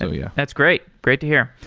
so yeah. that's great. great to hear.